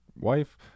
wife